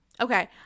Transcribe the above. Okay